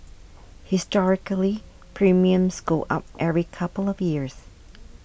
historically premiums go up every couple of years